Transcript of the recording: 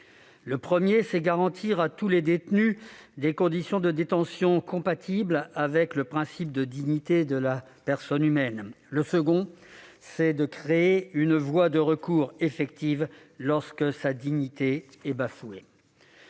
Le premier, c'est de garantir à tous les détenus des conditions de détention compatibles avec le principe de dignité de la personne humaine. Le second, c'est de créer une voie de recours effective lorsque sa dignité est bafouée.